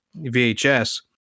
VHS